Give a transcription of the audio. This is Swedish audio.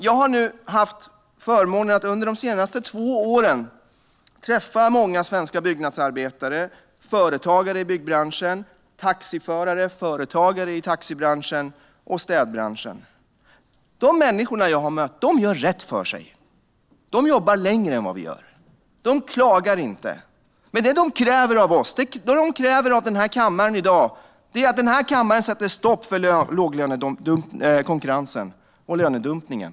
Jag har nu haft förmånen att under de senaste två åren träffa många svenska byggnadsarbetare, företagare i byggbranschen, taxiförare, företagare i taxibranschen och städbranschen. De människorna jag har mött gör rätt för sig. De jobbar längre än vad vi gör. De klagar inte. Men vad de kräver av oss och den här kammaren i dag är att kammaren sätter stopp för låglönekonkurrensen och lönedumpningen.